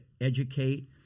educate